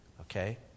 okay